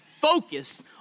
focused